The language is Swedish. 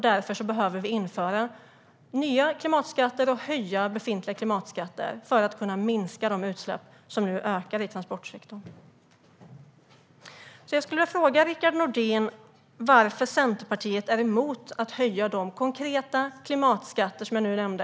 Vi behöver införa nya klimatskatter och höja befintliga klimatskatter för att kunna minska de utsläpp som nu ökar i transportsektorn. Jag skulle vilja fråga Rickard Nordin varför Centerpartiet är emot att man höjer de konkreta klimatskatter som jag nu nämnde.